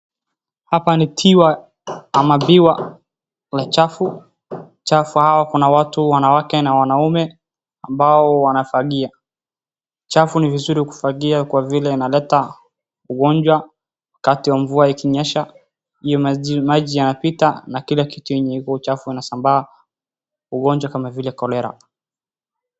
Hapa ni tiwa ama biwa la chafu. Chafu hawa kuna watu wanawake na wanaume ambao wanafagia. Chafu ni vizuri kufagia kwa vile inaleta ugonjwa. Wakati wa mvua ikinyesha hiyo maji yanapita na kile kitu yenye iko uchafu inasambaa ugonjwa kama vile Cholera .